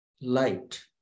light